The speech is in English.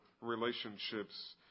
relationships